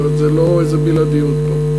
זאת אומרת זה לא איזו בלעדיות פה.